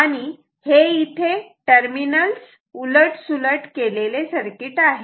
आणि हे इथे टर्मिनल उलट सुलट केलेले सर्किट आहे